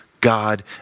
God